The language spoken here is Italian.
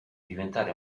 diventare